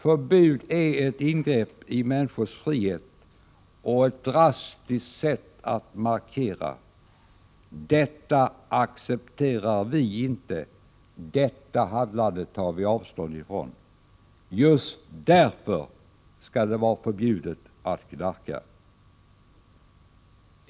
Förbud är ett ingrepp i människors frihet och ett drastiskt sätt att markera: detta accepterar vi inte, detta handlande tar vi avstånd från. Just därför skall det vara förbjudet att knarka.